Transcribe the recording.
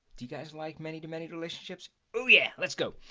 do you guys like many to many relationships? oh, yeah, let's go.